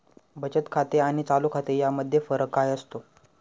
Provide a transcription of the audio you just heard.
बचत खाते आणि चालू खाते यामध्ये फरक काय असतो?